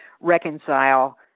reconcile